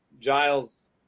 Giles